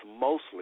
mostly